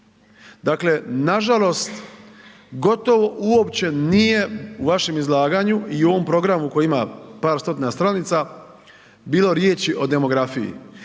dakle nažalost gotovo uopće nije u vašem izlaganju i u ovom programu koji ima par stotina stranica, bilo riječi o demografiji.